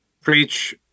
preach